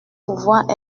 pouvoir